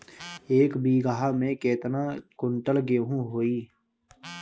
एक बीगहा में केतना कुंटल गेहूं होई?